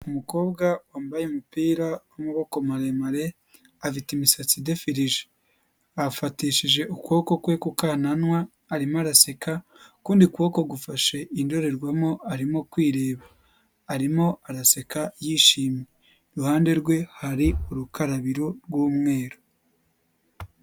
Umukobwa wambaye umupira w'amaboko maremare afite imisatsi idefirije, afatishije ukuboko kwe kukananwa, arimo araseka, ukundi kuboko gufashe indorerwamo arimo kwireba, arimo araseka yishimye, iruhande rwe hari urukarabiro rw'umweru.